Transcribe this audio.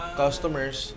customers